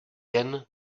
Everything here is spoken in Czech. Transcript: jen